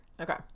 Okay